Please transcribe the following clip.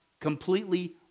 Completely